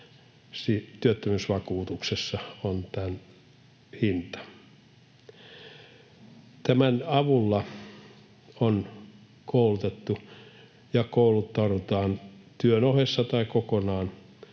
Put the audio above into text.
työttömyysvakuutuksessa on tämän hinta. Tämän avulla on koulutettu ja kouluttaudutaan työn ohessa tai kokonaan